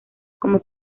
como